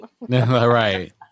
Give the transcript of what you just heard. right